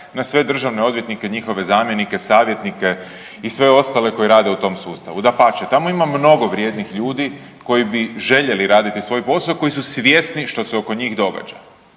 na sve Državne odvjetnike njihove zamjenike, savjetnike i sve ostale koji rade u tom sustavu. Dapače, tamo ima mnogo vrijednih ljudi koji bi željeli raditi svoj posao, koji su svjesni što se oko njih događa,